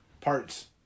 parts